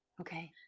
Okay